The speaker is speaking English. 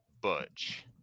butch